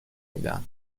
میدهد